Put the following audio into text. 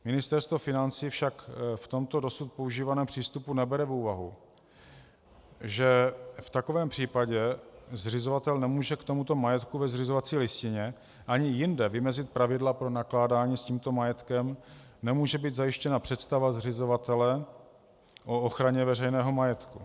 Ministerstvo financí však v tomto dosud používaném přístupu nebere v úvahu, že v takovém případě zřizovatel nemůže k tomuto majetku ve zřizovací listině ani jinde vymezit pravidla pro nakládání s tímto majetkem, nemůže být zajištěna představa zřizovatele o ochraně veřejného majetku.